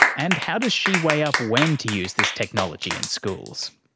and how does she weigh up when to use this technology in schools?